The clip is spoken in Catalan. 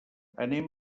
anem